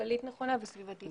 כלכלית נכונה וסביבתית נכונה.